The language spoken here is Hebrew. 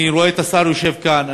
אני רואה את השר יושב כאן.